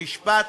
משפט.